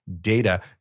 data